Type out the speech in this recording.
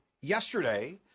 yesterday